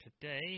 today